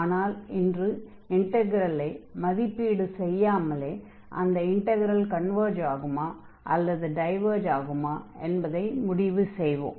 ஆனால் இன்று இன்டக்ரலை மதிப்பீடு செய்யாமலே அந்த இன்டக்ரல் கன்வர்ஜ் ஆகுமா அல்லது டைவர்ஜ் ஆகுமா என்பதை முடிவு செய்வோம்